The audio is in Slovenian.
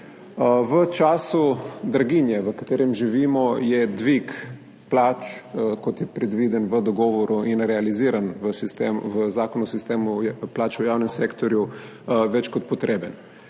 V času draginje, v katerem živimo, je dvig plač, kot je predviden v dogovoru in realiziran v Zakonu o sistemu plač v javnem sektorju, več kot potreben.